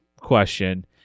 question